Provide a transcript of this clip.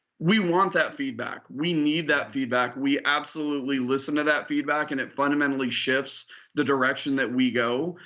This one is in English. we want that feedback. we need that feedback. we absolutely listen to that feedback and it fundamentally shifts the direction that we go.